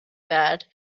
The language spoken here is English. bad